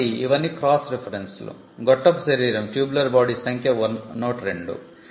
కాబట్టి ఇవన్నీ క్రాస్ రిఫరెన్సులు గొట్టపు శరీరం సంఖ్య 102